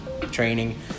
training